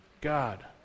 God